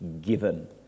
given